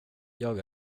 jag